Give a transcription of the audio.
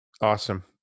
Awesome